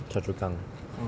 choa chu kang